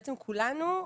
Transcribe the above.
בעצם כולנו,